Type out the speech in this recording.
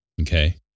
Okay